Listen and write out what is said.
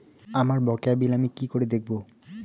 আমার বকেয়া বিল আমি কি করে দেখব?